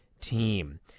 team